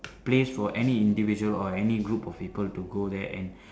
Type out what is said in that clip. place for any individual or any group of people to go there and